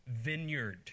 vineyard